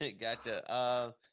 Gotcha